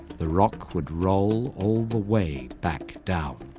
the rock would roll all the way back down,